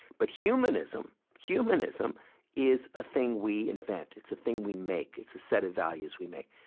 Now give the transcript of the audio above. but humanism humanism is a thing we invent. it's a thing we make. it's a set of values we make.